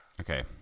Okay